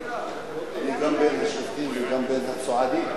גם בין השובתים וגם בין הצועדים.